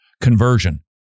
Conversion